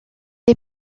les